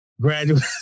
graduate